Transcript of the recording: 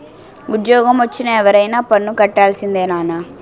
ఉజ్జోగమొచ్చిన ఎవరైనా పన్ను కట్టాల్సిందే నాన్నా